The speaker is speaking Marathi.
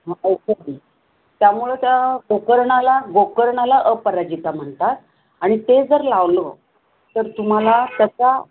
हां औषधी त्यामुळं त्या गोकर्णाला गोकर्णाला अपराजिता म्हणतात आणि ते जर लावलं तर तुम्हाला त्याचा